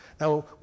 Now